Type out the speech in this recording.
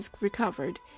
recovered